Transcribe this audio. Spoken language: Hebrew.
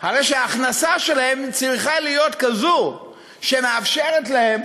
הרי ההכנסה שלהם צריכה להיות כזו שמאפשרת להם